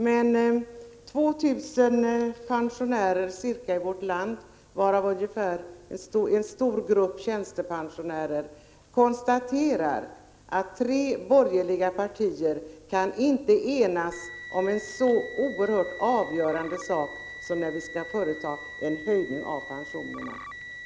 Ca 2 000 pensionärer i vårt land, varav en stor grupp tjänstepensionärer, kan nu konstatera att tre borgerliga partier inte kan enas om en så avgörande sak som när vi skall företa en höjning av pensionerna och modellen.